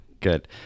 Good